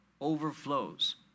overflows